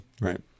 Right